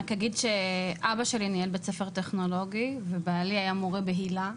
אני רק אגיד שאבא שלי ניהל בית ספר טכנולוגי ובעלי היה מורה בהיל"ה.